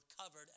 covered